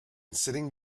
sitting